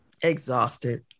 exhausted